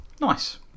Nice